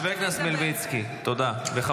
חבר הכנסת מלביצקי, תודה.